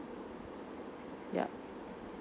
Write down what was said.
yup